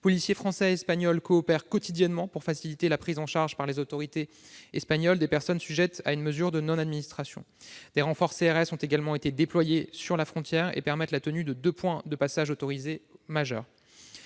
Policiers français et espagnols coopèrent quotidiennement pour faciliter la prise en charge par les autorités espagnoles des personnes faisant l'objet d'une mesure de non-admission. Des renforts de CRS ont également été déployés à la frontière et permettent la tenue de deux points de passage autorisés majeurs.